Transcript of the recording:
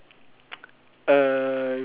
uh